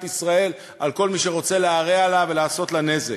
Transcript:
ישראל על כל מי שרוצה להרע לה ולעשות לה נזק.